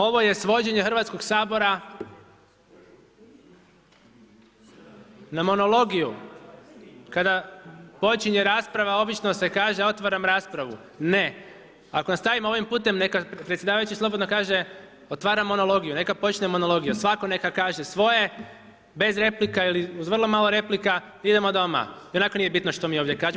Ovo je svođenje Hrvatskog sabora na monologiju kada počinje rasprava obično se kaže otvaram raspravu, ne, ako nastavimo ovim putem neka predsjedavajući slobodno kaže otvaram monologiju, neka počne monologija svako neka kaže svoje bez replika ili uz vrlo malo replika, idemo doma i onako nije bitno što mi ovdje kažemo.